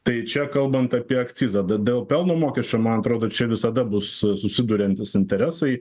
tai čia kalbant apie akcizą d dėl pelno mokesčio man atrodo čia visada bus susiduriantys interesai